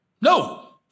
No